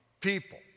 people